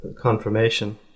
confirmation